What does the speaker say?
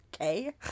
okay